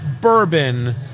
Bourbon